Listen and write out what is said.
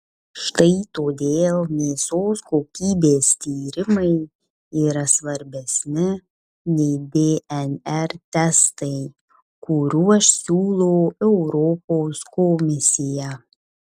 štai todėl mėsos kokybės tyrimai yra svarbesni nei dnr testai kuriuos siūlo europos komisija